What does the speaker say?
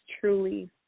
truly